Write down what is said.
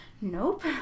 Nope